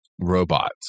robots